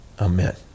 Amen